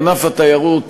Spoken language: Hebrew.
ענף התיירות,